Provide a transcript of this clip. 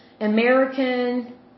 American